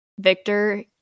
Victor